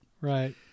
Right